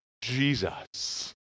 Jesus